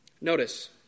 Notice